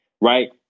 right